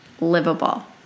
livable